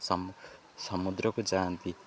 ସମ ସମୁଦ୍ରକୁ ଯାଆନ୍ତି